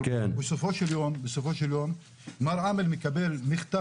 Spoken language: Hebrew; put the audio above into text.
אבל בסופו של יום מר עאמר מקבל מכתב